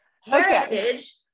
Heritage